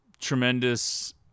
tremendous